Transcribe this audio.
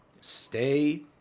Stay